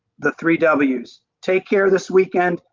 the three w's. take care this weekend,